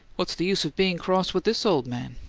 what's the use of being cross with this old man?